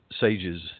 sages